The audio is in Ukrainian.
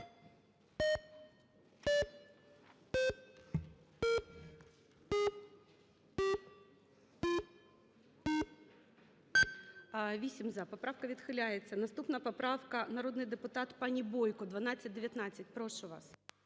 За-8 Поправка відхиляється. Наступна поправка - народний депутат пані Бойко, 1219. Прошу вас.